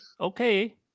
Okay